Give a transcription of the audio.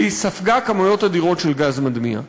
והיא ספגה כמויות אדירות של גז מדמיע.